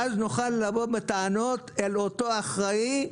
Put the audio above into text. ואז נוכל לבוא בטענות אל אותו אחראי,